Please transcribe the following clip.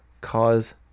cause